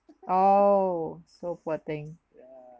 oh so poor thing